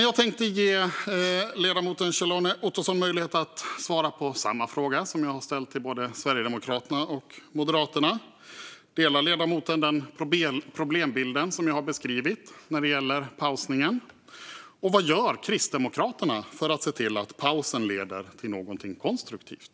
Jag tänkte ge ledamoten Kjell-Arne Ottosson möjlighet att svara på samma fråga som jag har ställt till både Sverigedemokraterna och Moderaterna. Delar ledamoten synen på den problembild som jag har beskrivit när det gäller pausandet? Och vad gör Kristdemokraterna för att se till att pausen leder till något konstruktivt?